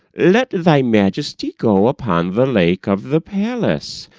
let thy majesty go upon the lake of the palace,